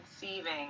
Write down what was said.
conceiving